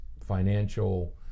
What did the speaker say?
financial